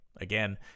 Again